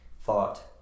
Thought